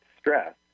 stress